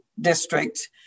district